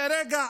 כרגע,